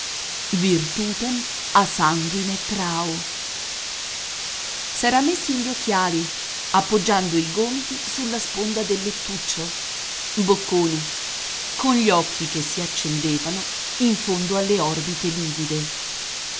virtutem a sanguine traho s'era messi gli occhiali appoggiando i gomiti sulla sponda del lettuccio bocconi con gli occhi che si accendevano in fondo alle orbite livide